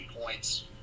points